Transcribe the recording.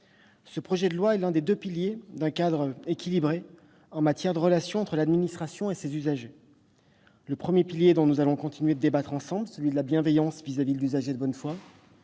Ce projet de loi est l'un des deux piliers d'un cadre équilibré en matière de relations entre l'administration et ses usagers. Le premier pilier, dont nous allons continuer de débattre ensemble, est celui de la bienveillance vis-à-vis de l'usager de bonne foi.